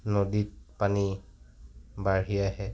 নদীত পানী বাঢ়ি আহে